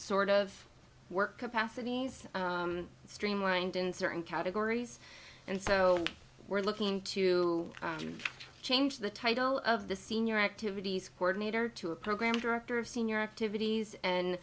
sort of work capacities streamlined in certain categories and so we're looking to change the title of the senior activities cordon later to a program director of senior activities and